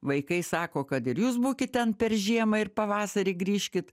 vaikai sako kad ir jūs būkit ten per žiemą ir pavasarį grįžkit